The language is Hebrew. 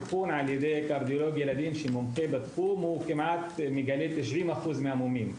קרדיולוג ילדים מומחה בתחום מגלה כמעט 90% מהמומים בעובר.